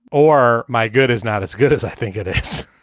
or my good is not as good as i think it is.